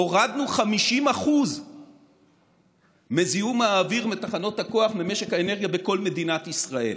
הורדנו 50% מזיהום האוויר מתחנות הכוח במשק האנרגיה בכל מדינת ישראל,